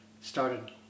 Started